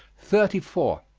thirty four.